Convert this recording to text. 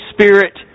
Spirit